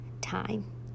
time